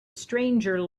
stranger